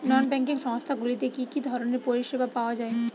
নন banking সংস্থা গুলিতে কি কি ধরনের পরিসেবা পাওয়া য়ায়?